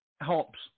helps